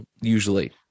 usually